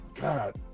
God